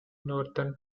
northern